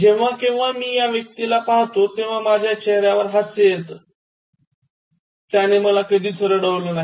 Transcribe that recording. जेव्हाकेव्हा मी या व्यक्तीला पाहतो तेव्हा माझ्या चेहर्यावर हास्य येते त्याने मला कधीच रडवल नाही